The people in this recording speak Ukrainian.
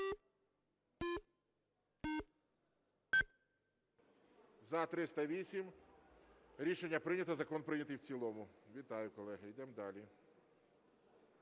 За-308 Рішення прийнято. Закон прийнятий в цілому. Вітаю, колеги. Йдемо далі.